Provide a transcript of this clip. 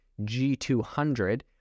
G200